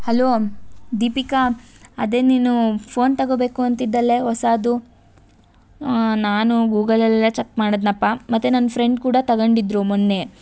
hello Deepika ಅದೇ ನೀನು phone ತಗೋಬೇಕು ಅಂತಿದ್ಯಲ್ಲೆ ಹೊಸಾದು ನಾನು ಗೂಗಲಲ್ಲೆಲ್ಲ ಚೆಕ್ ಮಾಡದ್ದೆನಪ್ಪ ಮತ್ತು ನನ್ನ ಫ್ರೆಂಡ್ ಕೂಡ ತಗೊಂಡಿದ್ರು ಮೊನ್ನೆ